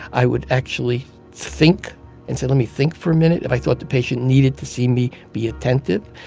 i would actually think and say, let me think for a minute, if i thought the patient needed to see me be attentive.